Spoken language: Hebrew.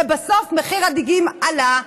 ובסוף מחיר הדגים עלה.